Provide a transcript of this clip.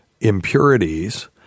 impurities